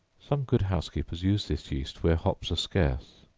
some good housekeepers use this yeast where hops are scarce,